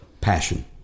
passion